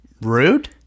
Rude